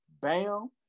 Bam